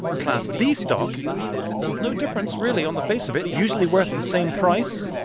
class b stock well, no difference really on the face of it usually worth the same price,